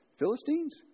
Philistines